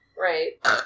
Right